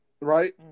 Right